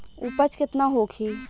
उपज केतना होखे?